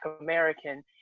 American